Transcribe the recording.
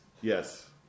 Yes